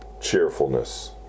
cheerfulness